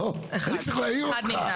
אני צריך להעיר אותך.